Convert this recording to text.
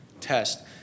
test